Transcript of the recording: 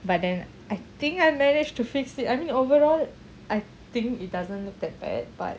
but then I think I managed to fix the it I mean overall I think it doesn't look that bad but